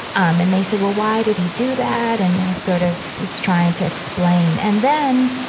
um and they said, well, why did he do that? and, sort of was trying to explain. and then,